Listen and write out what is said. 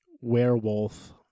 werewolf